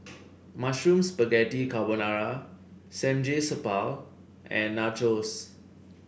Mushroom Spaghetti Carbonara Samgyeopsal and Nachos